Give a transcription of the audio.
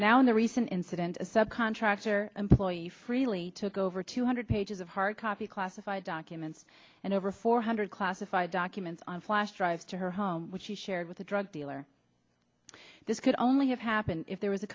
now in the recent incident a subcontractor employee freely took over two hundred pages of hard copy classified documents and over four hundred classified documents on flash drives to her home which she shared with a drug dealer this could only have happened if there was a